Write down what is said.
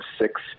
six